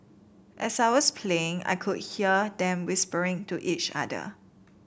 as I was playing I could hear them whispering to each other